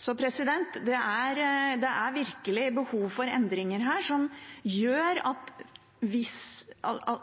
Det er virkelig behov for endringer som gjør